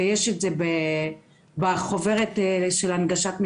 ויש את זה בחוברת של הנגשת מקוואות,